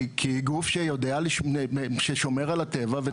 כי היא גוף שיודע ושומר על הטבע.